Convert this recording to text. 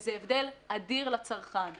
וזה הבדל אדיר לצרכן.